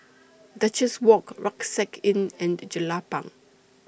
Duchess Walk Rucksack Inn and Jelapang